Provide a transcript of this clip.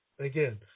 again